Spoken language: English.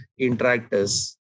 interactors